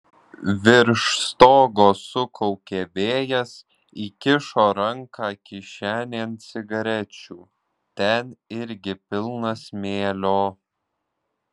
virš stogo sukaukė vėjas įkišo ranką kišenėn cigarečių ten irgi pilna smėlio